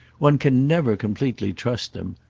one can never completely trust them.